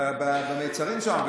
במצרים שם,